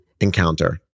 encounter